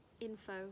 info